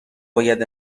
باید